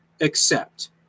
accept